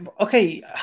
okay